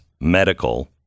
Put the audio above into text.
Medical